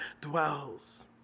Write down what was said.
dwells